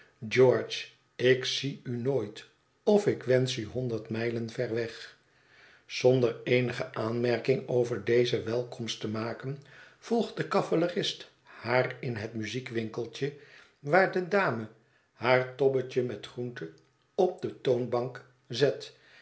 george ik zie u nooit of ik wensch u honderd mijlen ver weg zonder eenige aanmerking over deze welkomst te maken volgt de cavalerist haar in het muziekwinkeltje waar de dame haar tobbetje met groente op de toonbank zet